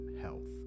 Health